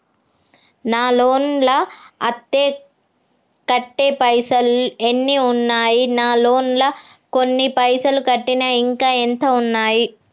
నా లోన్ లా అత్తే కట్టే పైసల్ ఎన్ని ఉన్నాయి నా లోన్ లా కొన్ని పైసల్ కట్టిన ఇంకా ఎంత ఉన్నాయి?